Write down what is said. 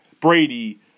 Brady